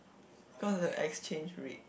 because of the exchange rate